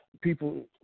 people